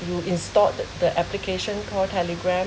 you installed the the application called Telegram